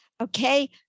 Okay